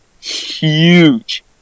huge